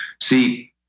See